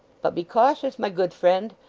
but be cautious, my good friend.